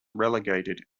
relegated